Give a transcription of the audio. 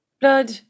blood